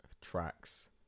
tracks